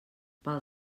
pel